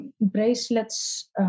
bracelets